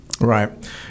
Right